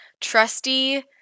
trusty